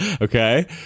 Okay